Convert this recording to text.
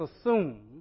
assume